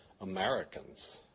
Americans